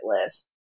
list